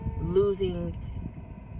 losing